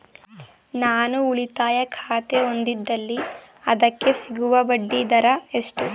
ನಾನು ಉಳಿತಾಯ ಖಾತೆ ಹೊಂದಿದ್ದಲ್ಲಿ ಅದಕ್ಕೆ ಸಿಗುವ ಬಡ್ಡಿ ದರ ಎಷ್ಟು?